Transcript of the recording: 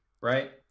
right